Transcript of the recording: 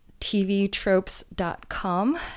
tvtropes.com